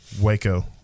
Waco